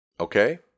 Okay